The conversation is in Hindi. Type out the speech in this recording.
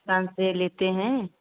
दुकान से लेते हैं